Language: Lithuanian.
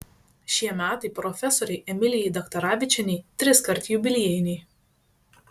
šie metai profesorei emilijai daktaravičienei triskart jubiliejiniai